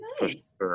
Nice